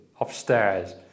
upstairs